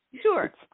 Sure